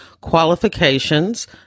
qualifications